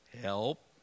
help